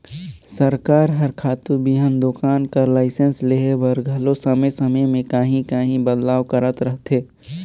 सरकार हर खातू बीहन दोकान कर लाइसेंस लेहे बर घलो समे समे में काहीं काहीं बदलाव करत रहथे